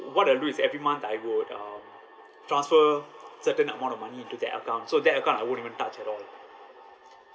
what I do is every month I would um transfer certain amount of money into that account so that account I won't even touch at all